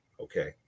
okay